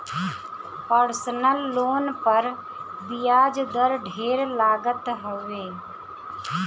personal loan पर बियाज दर ढेर लागत हवे